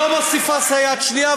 לא מוסיפה סייעת שנייה,